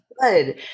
good